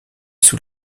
sous